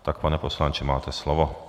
Tak, pane poslanče, máte slovo.